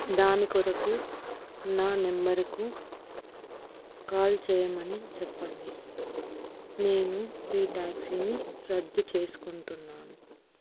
దాని కొరకు నా నెంబరుకు కాల్ చేయమని చెప్పండి నేను ఈ ట్యాక్సీని రద్దు చేసుకుంటున్నాను